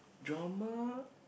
drama